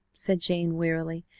said jane wearily,